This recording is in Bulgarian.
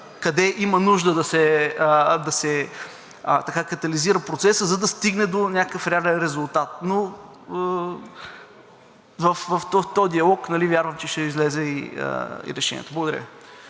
къде има нужда да се катализира процесът, за да се стигне до някакъв реален резултат. В този диалог вярвам, че ще излезе и решението. Благодаря